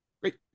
Great